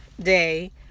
Day